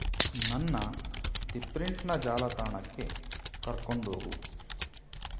ನನ್ನ ದಿ ಪ್ರಿಂಟ್ನ ಜಾಲತಾಣಕ್ಕೆ ಕರ್ಕೊಂಡೋಗು